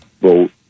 vote